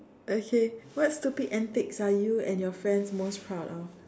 okay what stupid antics are you and your friend most proud of